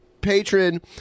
patron